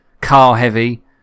car-heavy